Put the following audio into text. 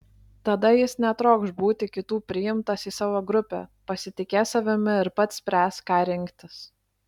tada jis netrokš būti kitų priimtas į savo grupę pasitikės savimi ir pats spręs ką rinktis